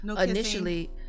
initially